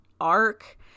arc